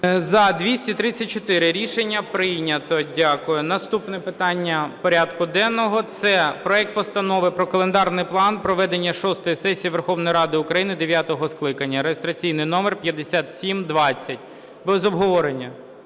За-234 Рішення прийнято. Дякую. Наступне питання порядку денного – це проект Постанови про календарний план проведення шостої сесії Верховної Ради України дев’ятого скликання (реєстраційний номер 5720). Без обговорення.